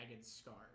scars